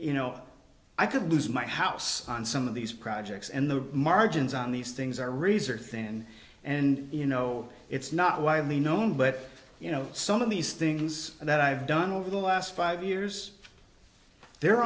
you know i could lose my house on some of these projects and the margins on these things are reserved thin and you know it's not widely known but you know some of these things that i've done over the last five years the